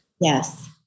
Yes